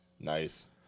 Nice